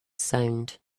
sound